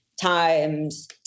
times